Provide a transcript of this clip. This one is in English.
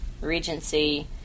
Regency